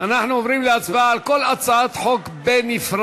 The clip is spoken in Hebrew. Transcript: אנחנו עוברים להצבעה על כל הצעת חוק בנפרד.